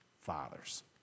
fathers